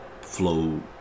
flow